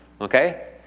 Okay